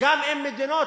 וגם אם מדינות,